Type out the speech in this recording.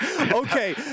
Okay